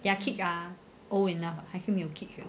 their kids are old enough ah 还是没有 kids 的